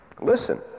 Listen